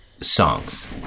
songs